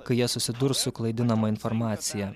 kai jie susidurs su klaidinama informacija